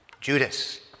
Judas